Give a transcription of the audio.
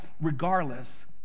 regardless